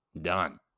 Done